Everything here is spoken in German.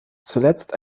zuletzt